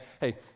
hey